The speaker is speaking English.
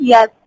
Yes